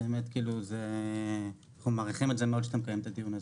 באמת זה חשוב שאתם מקיימים את הדיון הזה.